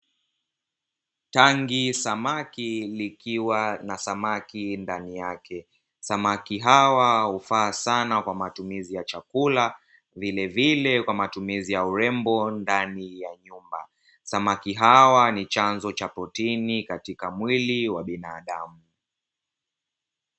Tangi samaki likiwa na samaki ndani yake. Samaki hawa hufaa sana kwa matumizi ya chakula vilevile kwa matumizi ya urembo ndani ya nyumba. Samaki hawa ni chanzo cha protini katika mwili wa binadamu.